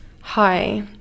hi